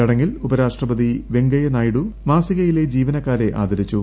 ചടങ്ങിൽ ഉപരാഷ്ട്രപതി വെങ്കയ്യ നായിഡു മാസികയിലെ ജീവനക്കാരെ ആദരിച്ചു